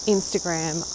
Instagram